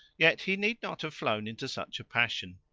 yet he need not have flown into such a passion.